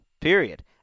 period